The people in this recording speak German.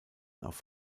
auf